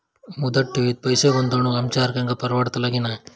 मुदत ठेवीत पैसे गुंतवक आमच्यासारख्यांका परवडतला की नाय?